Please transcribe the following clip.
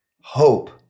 hope